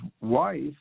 wife